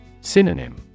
Synonym